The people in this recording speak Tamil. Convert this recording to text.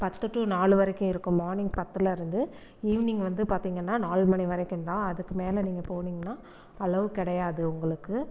பத்து டூ நாலு வரைக்கும் இருக்கும் மார்னிங் பத்துலருந்து ஈவினிங் வந்து பார்த்தீங்கன்னா நாலு மணி வரைக்கும் தான் அதுக்கு மேலே நீங்கள் போனிங்கன்னால் அலோவ் கிடையாது உங்களுக்கு